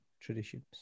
traditions